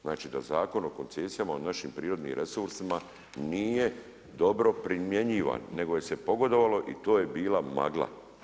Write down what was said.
Znači da Zakon o koncesijama u našim prirodnim resursima nije dobro primjenjivan nego je se pogodovalo i to je bila magla.